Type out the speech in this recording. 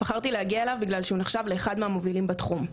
בחרתי להגיע אליו מכיוון שהוא נחשב לאחד המובילים בתחום.